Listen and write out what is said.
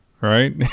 Right